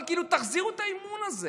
אבל תחזירו את האמון הזה